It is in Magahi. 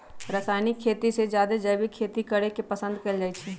रासायनिक खेती से जादे जैविक खेती करे के पसंद कएल जाई छई